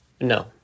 No